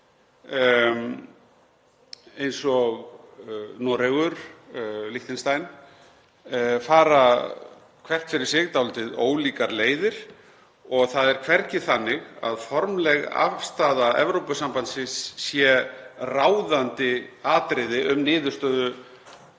eins og Noregur og Liechtenstein, fara hvert fyrir sig dálítið ólíkar leiðir og það er hvergi þannig að formleg afstaða Evrópusambandsins sé ráðandi atriði um niðurstöðu